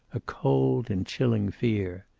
a cold and chilling fear.